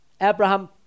Abraham